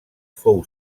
fou